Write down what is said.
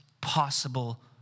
possible